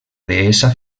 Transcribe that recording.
deessa